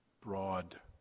broad